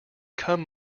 come